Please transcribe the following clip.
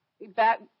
back